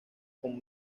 con